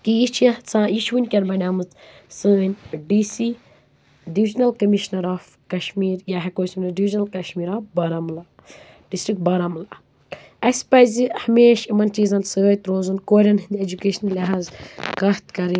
کہِ یہِ چھِ یَژھان یہِ چھِ وٕںکٮ۪ن بنیمٕژ سٲنۍ D C divisional commissioner of Kashmir یا ہٮ۪کو أسۍ ؤنِتھ divisional Kashmir of Baramulla district Baramulla اَسہِ پَزِ ہمیشہِ یِمن چیٖزن سۭتۍ روزُن کورٮ۪ن ہِنٛد ایٚجُکیشنہٕ لحاظ کَتھ کَرٕنۍ